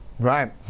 Right